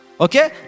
okay